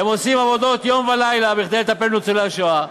הם עושים עבודות יום ולילה כדי לטפל בניצולי השואה.